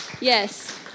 yes